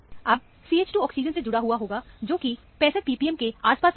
अब CH2 oxygen से जुड़ा हुआ होगा जो कि 65 ppm के आस पास आएगा